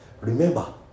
remember